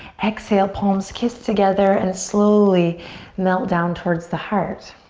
exhale, palms kiss together and slowly melt down towards the heart.